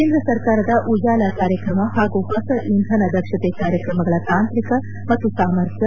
ಕೇಂದ್ರ ಸರ್ಕಾರದ ಉಜಾಲ ಕಾರ್ಯಕ್ರಮ ಪಾಗೂ ಹೊಸ ಇಂಧನ ದಕ್ಷತೆ ಕಾರ್ಯಕ್ರಮಗಳ ತಾಂತ್ರಿಕ ಮತ್ತು ಸಾಮರ್ಥ್ಯ